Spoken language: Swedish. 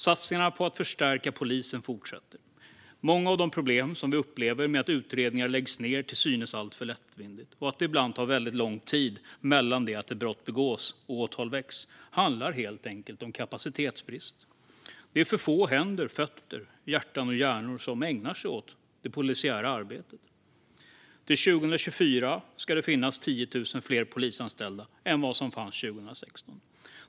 Satsningarna på att förstärka polisen fortsätter. Många av de problem som vi upplever med att utredningar läggs ned till synes alltför lättvindigt och att det ibland tar väldigt lång tid mellan det att ett brott begås och att åtal väcks handlar helt enkelt om kapacitetsbrist. Det är för få händer, fötter, hjärtan och hjärnor som ägnar sig åt det polisiära arbetet. Till 2024 ska det finnas 10 000 fler polisanställda än vad som fanns 2016.